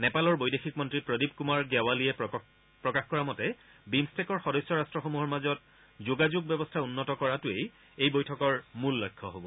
নেপালৰ বৈদেশিক মন্ত্ৰী প্ৰদীপ কুমাৰ গ্যাৱালীয়ে প্ৰকাশ কৰা মতে বিমট্টেকৰ সদস্য ৰাট্টসমূহৰ মাজত যোগাযোগ ব্যৱস্থা উন্নত কৰাটোৱেই এই বৈঠকৰ মূল লক্ষ্য হ'ব